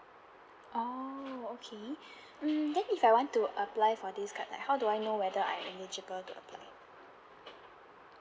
orh okay mm then if I want to apply for this card like how do I know whether I'm eligible to apply